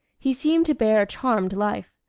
he seemed to bear a charmed life.